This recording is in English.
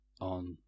on